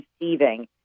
receiving